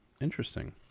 Interesting